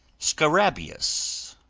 scarabaeus,